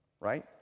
right